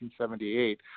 1978